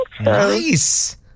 Nice